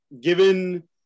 given